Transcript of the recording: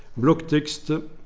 look texts